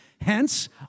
Hence